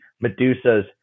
Medusa's